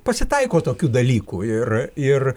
pasitaiko tokių dalykų ir ir